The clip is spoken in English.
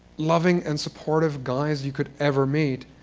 loving and supportive, guys you could ever meet.